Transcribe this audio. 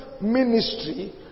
ministry